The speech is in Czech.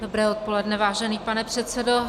Dobré odpoledne, vážený pane předsedo.